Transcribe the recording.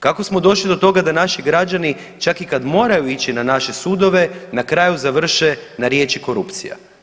Kako smo došli do toga da naši građani čak i kad moraju ići na naše sudove na kraju završe na riječi korupcija.